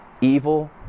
evil